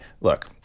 look